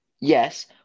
Yes